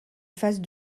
phase